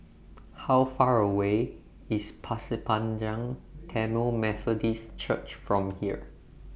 How Far away IS Pasir Panjang Tamil Methodist Church from here